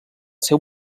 seu